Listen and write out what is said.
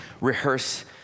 rehearse